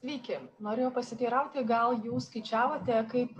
sveiki norėjau pasiteirauti gal jūs skaičiavote kaip